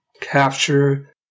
capture